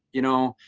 you know.